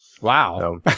Wow